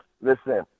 listen